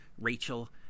Rachel